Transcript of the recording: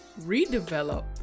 redevelop